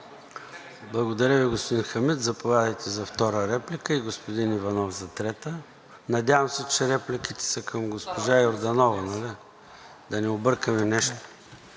Благодаря Ви, господин Хамид. Заповядайте за втора реплика и господин Иванов за трета. Надявам се, че репликите са към госпожа Йорданова, нали? Да не объркаме нещо.